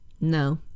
No